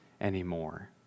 anymore